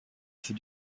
für